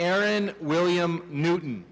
erin william newton